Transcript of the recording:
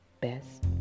best